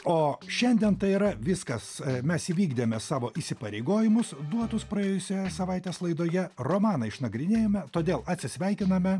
o šiandien tai yra viskas mes įvykdėme savo įsipareigojimus duotus praėjusioje savaitės laidoje romaną išnagrinėjome todėl atsisveikiname